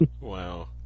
Wow